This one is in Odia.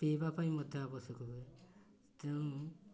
ପିଇବା ପାଇଁ ମଧ୍ୟ ଆବଶ୍ୟକ ହୁଏ ତେଣୁ